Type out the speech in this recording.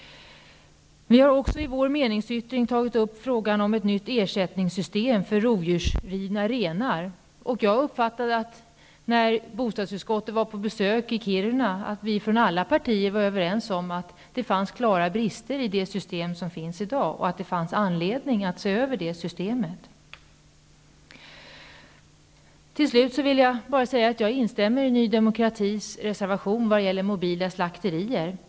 Vi har i vår meningsyttring tagit upp frågan om ett nytt ersättningssystem för rovdjursrivna renar. När utskottet var på besök i Kiruna uppfattade jag att vi från alla partier var överens om att det fanns klara brister i det nuvarande systemet och att det fanns anledning att se över det. Till slut vill jag instämma i Ny demokratis reservation vad gäller mobila slakterier.